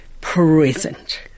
present